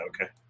okay